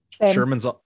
sherman's